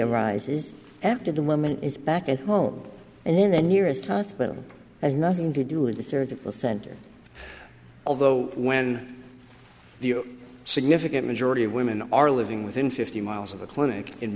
arises after the woman is back at home and then the nearest hospital has nothing to do with the surgical center although when the significant majority of women are living within fifty miles of the clinic in